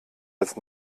als